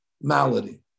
malady